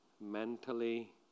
mentally